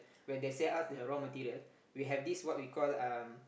when they sell out the raw material we have this what we call um